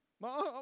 Mom